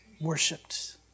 Worshipped